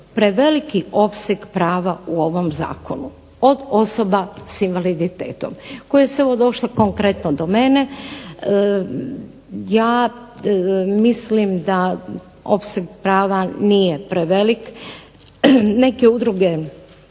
preveliki opseg prava u ovom zakonu, od osoba s invaliditeta koje su evo došle konkretno do mene. Ja mislim da opseg prava nije prevelik. Neke udruge